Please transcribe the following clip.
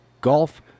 golf